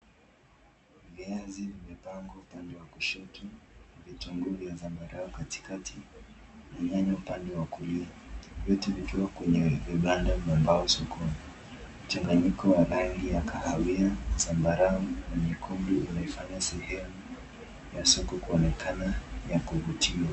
Genzi zimepangwa upande wa kushoto, vitunguu vya zambarau katikati na nyanya upande wa kulia, vyote vikiwa kwenye vibanda vya mbao sokoni. Mchanganyiko wa rangi ya kahawia, zambarau na nyekundu unaifanya sehemu ya soko kuonekana ya kuvutia.